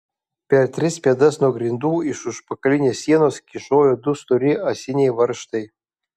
per tris pėdas nuo grindų iš užpakalinės sienos kyšojo du stori ąsiniai varžtai